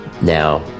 Now